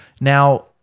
Now